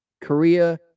Korea